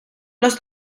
los